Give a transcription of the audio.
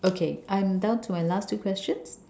okay I'm down to my last two question